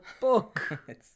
book